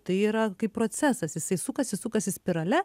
tai yra kaip procesas jisai sukasi sukasi spirale